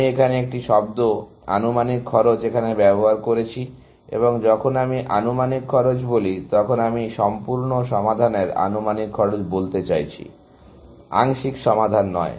আমি এখানে একটি শব্দ আনুমানিক খরচ এখানে ব্যবহার করেছি এবং যখন আমি আনুমানিক খরচ বলি তখন আমি সম্পূর্ণ সমাধানের আনুমানিক খরচ বলতে চাইছি আংশিক সমাধান নয়